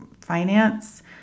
finance